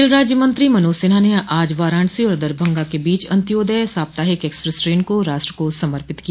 rail राज्य मंत्री मनोज सिन्हा ने आज वाराणसी और दरभंगा के बीच अन्त्योदय साप्ताहित एक्सप्रेस ट्रेन को राष्ट्र को समर्पित किया